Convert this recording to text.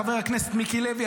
חבר הכנסת מיקי לוי,